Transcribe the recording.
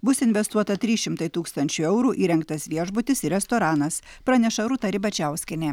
bus investuota trys šimtai tūkstančių eurų įrengtas viešbutis ir restoranas praneša rūta ribačiauskienė